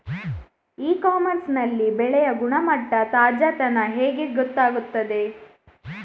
E commerce ನಲ್ಲಿ ಬೆಳೆಯ ಗುಣಮಟ್ಟ, ತಾಜಾತನ ಹೇಗೆ ಗೊತ್ತಾಗುತ್ತದೆ?